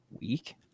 week